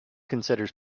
considers